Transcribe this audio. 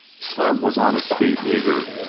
slim was on his feet, eager.